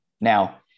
Now